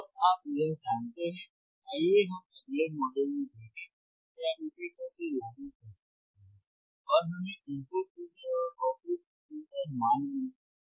तो अब आप यह जानते हैं आइए हम अगले मॉड्यूल में देखें कि आप इसे कैसे लागू कर सकते हैं और हमें इनपुट सिग्नल और आउटपुट सिग्नल पर मान मिलते हैं